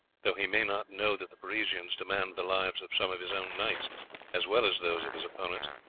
though he may not know that the parisians demand the lives of some of his own knights as well as those of his opponents.